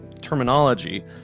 terminology